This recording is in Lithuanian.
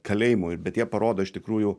kalėjimų ir bet jie parodo iš tikrųjų